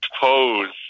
pose